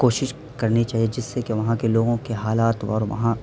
کوشش کرنی چاہیے جس سے کہ وہاں کے لوگوں کے حالات اور وہاں